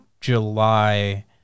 July